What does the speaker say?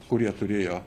kurie turėjo